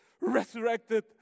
resurrected